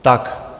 Tak.